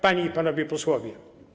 Panie i Panowie Posłowie!